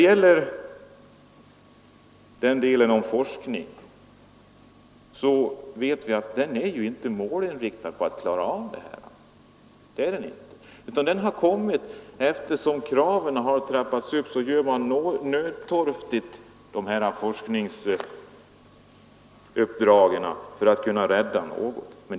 Vi vet att forskningen inte är målinriktad för att klara av hithörande problem, utan allteftersom kraven trappas upp utförs nödtorftigt vissa forskningsuppdrag för att man skall kunna rädda någonting.